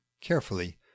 carefully